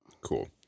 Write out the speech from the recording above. Cool